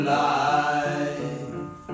life